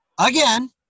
again